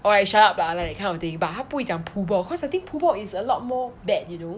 !oi! shut up lah like that kind of thing but 他不会讲 pu bo cause I think pu bo is a lot more bad you know